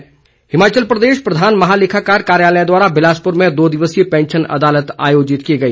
pension अदालत हिमाचल प्रदेश प्रधान महालेखाकार कार्यालय द्वारा बिलासपुर में दो दिवसीय पैंशन अदालत आयोजित की गई